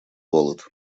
голод